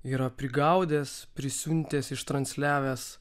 yra prigaudęs prisiuntęs ištransliavęs